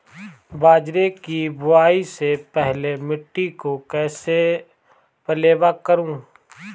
बाजरे की बुआई से पहले मिट्टी को कैसे पलेवा करूं?